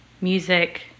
music